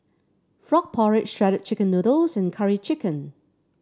Frog Porridge Shredded Chicken Noodles and Curry Chicken